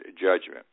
judgment